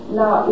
now